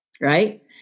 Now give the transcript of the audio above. right